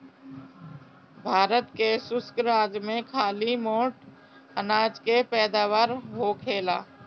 भारत के शुष्क राज में खाली मोट अनाज के पैदावार होखेला